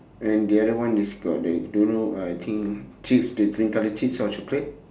and the other one is got that don't know I think chips the green colour chips or chocolate